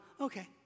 okay